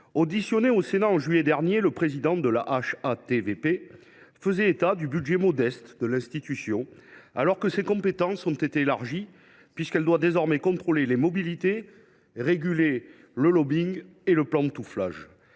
Auditionné au Sénat en juillet dernier, le président de la HATVP faisait état du budget modeste de l’institution, alors que ses compétences ont été élargies, puisqu’elle doit désormais contrôler les mobilités, réguler le lobbying et le pantouflage.